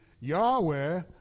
Yahweh